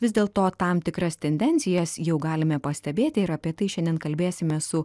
vis dėl to tam tikras tendencijas jau galime pastebėti ir apie tai šiandien kalbėsime su